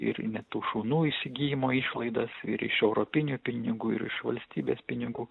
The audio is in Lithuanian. ir net tų šunų įsigijimo išlaidas ir iš europinių pinigų ir iš valstybės pinigų